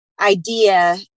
idea